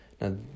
Now